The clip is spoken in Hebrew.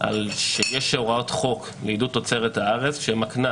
שיש הוראת חוק לעידוד תוצרת הארץ שמקנה